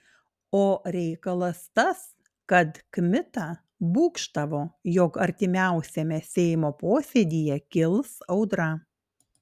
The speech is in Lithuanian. o reikalas tas kad kmita būgštavo jog artimiausiame seimo posėdyje kils audra